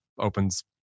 opens